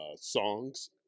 songs